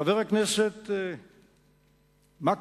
חבר הכנסת מקלב,